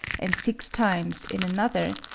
and six times in another,